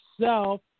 Self